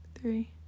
three